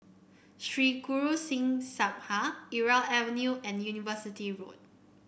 Sri Guru Singh Sabha Irau Avenue and University Road